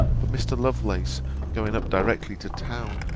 but mr. lovelace going up directly to town,